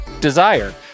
Desire